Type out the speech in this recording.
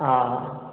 हा हा